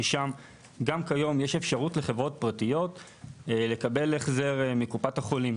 ששם גם כיום יש אפשרות לחברות פרטיות לקבל החזר מקופת החולים,